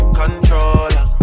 controller